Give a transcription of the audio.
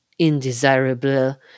indesirable